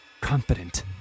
confident